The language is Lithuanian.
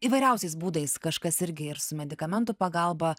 įvairiausiais būdais kažkas irgi ir su medikamentų pagalba